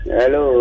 Hello